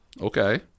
okay